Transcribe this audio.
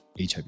HIV